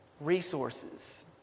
resources